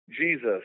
Jesus